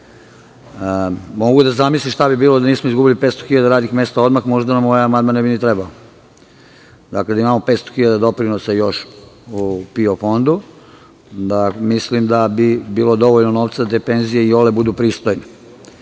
Mogu da zamislim šta bi bilo da nismo izgubili 500.000 radnih mesta odmah, možda nam ovaj amandman ne bi ni trebao. Dakle, da imamo 500.000 doprinosa još u PIO fondu, mislim da bi bilo dovoljno novca da penzije iole budu pristojne. Ovaj